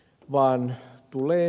vaan tule